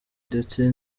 ndetse